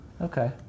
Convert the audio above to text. Okay